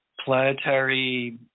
planetary